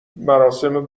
مراسم